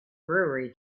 brewery